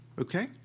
Okay